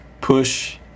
Push